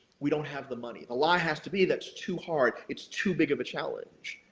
we don't have the money. the lie has to be, that's too hard, it's too big of a challenge.